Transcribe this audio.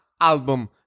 album